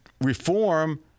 reform